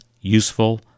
useful